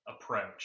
approach